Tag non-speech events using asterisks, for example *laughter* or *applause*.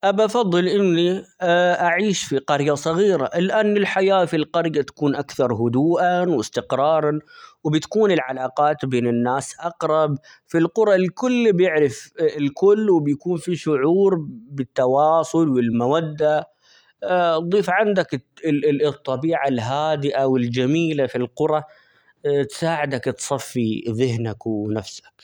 بفضل إني *hesitation* أعيش في قرية صغيرة لأن الحياة في القرية تكون أكثر هدوءًا ،واستقرارًا، وبتكون العلاقات بين الناس أقرب في القرى الكل بيعرف *hesitation* الكل وبيكون في شعور -ب- بالتواصل، والمودة، *hesitation* ضيف عندك -الط-الطبيعة الهادئة والجميلة في القرى *hesitation* تساعدك تصفي ذهنك ونفسك.